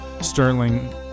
Sterling